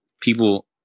people